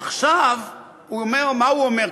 עכשיו, הוא אומר, מה הוא אומר?